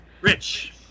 Rich